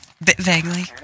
vaguely